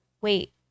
wait